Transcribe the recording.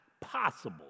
possible